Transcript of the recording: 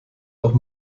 auch